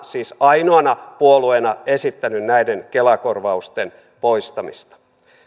siis ainoana puolueena esittänyt näiden kela korvausten poistamista